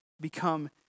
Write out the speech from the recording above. become